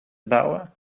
bouwen